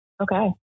Okay